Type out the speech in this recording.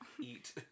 eat